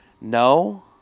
No